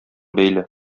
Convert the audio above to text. бәйле